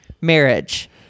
marriage